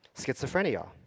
schizophrenia